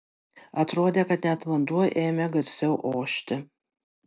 atrodė kad net vanduo ėmė garsiau ošti